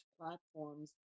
platforms